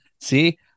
See